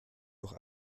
doch